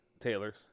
Taylor's